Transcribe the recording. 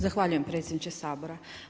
Zahvaljujem predsjedniče Sabora.